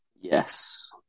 Yes